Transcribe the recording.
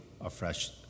afresh